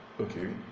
Okay